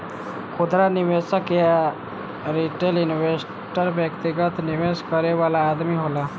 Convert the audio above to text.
खुदरा निवेशक या रिटेल इन्वेस्टर व्यक्तिगत निवेश करे वाला आदमी होला